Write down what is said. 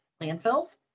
landfills